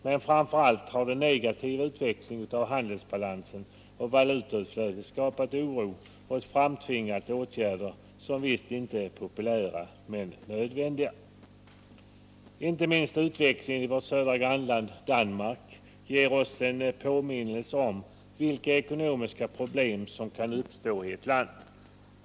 Men framför allt har den negativa utvecklingen av handelsbalansen och valutautflödet skapat oro och framtvingat åtgärder som visst inte är populära men nödvändiga. Inte minst utvecklingen i vårt södra grannland Danmark ger oss en påminnelse om vilka ekonomiska problem som kan uppstå i ett land.